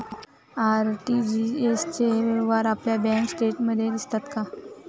RTGS चे व्यवहार आपल्या बँक स्टेटमेंटमध्ये दिसतात का?